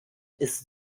ist